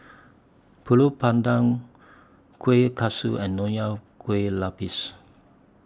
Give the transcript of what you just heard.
Pulut Panggang Kueh Kaswi and Nonya Kueh Lapis